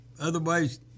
otherwise